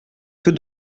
que